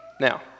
Now